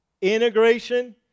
integration